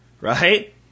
right